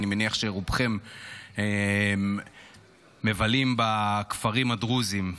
אני מניח שרובכם מבלים בכפרים הדרוזיים,